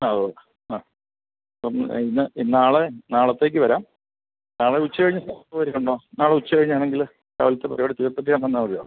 ആ ഓ ആ ഒന്ന് ഇന്ന് നാളെ നാളത്തേക്ക് വരാം നാളെ ഉച്ച കഴിഞ്ഞിട്ട് പോരുന്നോ നാളെ ഉച്ച കഴിഞ്ഞാണെങ്കിൽ രാവിലത്ത പരിപാടി തീർത്തിട്ട് ഞാൻ വന്നാൽ മതിയോ